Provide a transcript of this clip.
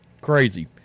Crazy